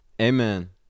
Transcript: amen